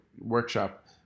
workshop